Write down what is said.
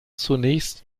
zunächst